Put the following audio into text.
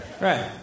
Right